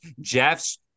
Jeffs